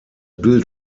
bild